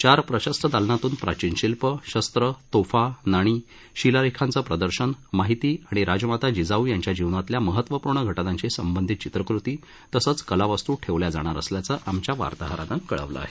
चार प्रशस्त दालनांतून प्राचीन शिल्पं शस्त्रं तोफा नाणी शिलालेखांचं प्रदर्शन माहिती आणि राजमाता जिजाऊ यांच्या जीवनातल्या महत्वपूर्ण घटनांशी संबंधित चित्रकृती तसंच कलावस्तू ठेवल्या जाणार असल्याचं आमच्या वार्ताहरानं कळवलं आहे